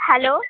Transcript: hello